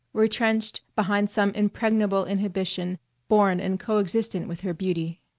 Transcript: retrenched behind some impregnable inhibition born and coexistent with her beauty.